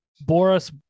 Boris